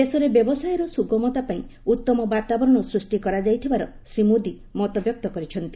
ଦେଶରେ ବ୍ୟବସାୟ ସୁଗମତା ପାଇଁ ଉତ୍ତମ ବାତାବରଣ ସୃଷ୍ଟି କରାଯାଇଥିବାର ଶ୍ରୀ ମୋଦୀ ମତବ୍ୟକ୍ତ କରିଛନ୍ତି